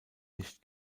nicht